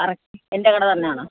correct എന്റെ കട തന്നാണോ